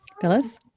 Phyllis